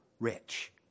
Rich